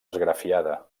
esgrafiada